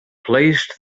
placed